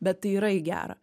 bet tai yra į gerą